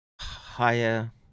higher